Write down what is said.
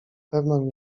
pewną